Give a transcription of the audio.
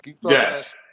Yes